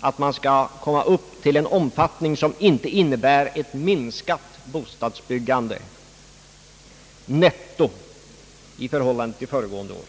att komma upp till en omfattning som inte innebär ett minskat bostadsbyggande, netto, i förhållande till föregående år.